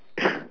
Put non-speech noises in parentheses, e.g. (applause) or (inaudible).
(breath)